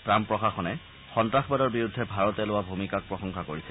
Trump প্ৰশাসনে সন্ত্ৰাসবাদৰ বিৰুদ্ধে ভাৰতে লোৱা ভূমিকাক প্ৰশংসা কৰিছে